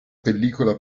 pellicola